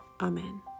Amen